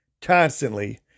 constantly